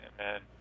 Amen